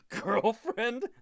Girlfriend